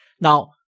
Now